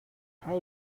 how